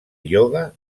ioga